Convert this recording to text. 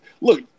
look